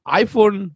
iPhone